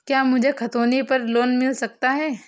क्या मुझे खतौनी पर लोन मिल सकता है?